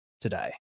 today